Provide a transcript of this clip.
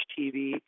TV